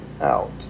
out